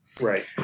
Right